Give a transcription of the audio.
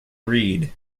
read